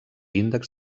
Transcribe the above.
índex